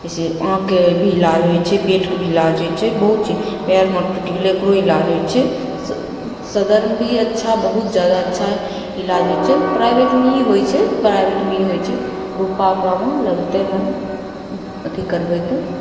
जइसे आँखिके भी इलाज होइ छै पेटके भी इलाज होइ छै बहुत छै पाएर हाथ टुटि गेलै ओकरो इलाज होइ छै तऽ सदरमे भी अच्छा बहुत जादा अच्छा इलाज होइ छै प्राइवेटमे ई होइ छै प्राइवेटमे ई होइ छै रुपा ओकरामे लगतै हन अथी करबै तऽ